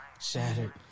shattered